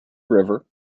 river